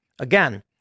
Again